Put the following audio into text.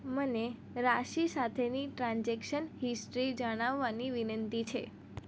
મને રાશી સાથેની transaction history જણાવવાની વિનંતી છે